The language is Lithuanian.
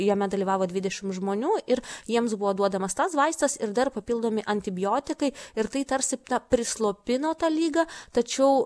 jame dalyvavo dvidešimt žmonių ir jiems buvo duodamas tas vaistas ir dar papildomi antibiotikai ir tai tarsi na prislopino tą ligą tačiau